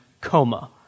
COMA